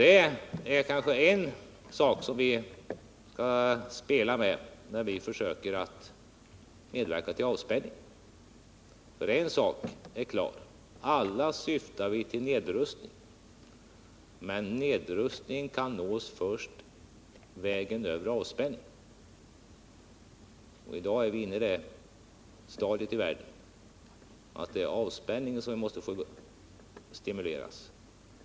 Detta är kanske en sak som vi kan spela med när vi försöker medverka till avspänning. För en sak är klar: alla syftar vi till nedrustning. Men nedrustning kan nås först om man går vägen över avspänning, och i dag har världen kommit till det stadiet att det är avspänningen som vi måste stimulera.